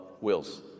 wills